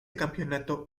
campeonato